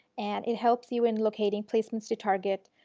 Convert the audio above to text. and it helps you in locating placements to target,